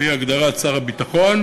על-פי הגדרת שר הביטחון,